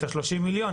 את ה-30 מיליון,